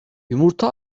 yumurta